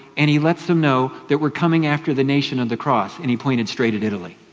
and he lets them know that we're coming after the nation of the cross and he pointed straight at italy.